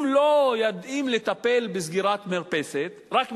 אם לא יודעים לטפל בסגירת מרפסת, רק מדברים,